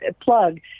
plug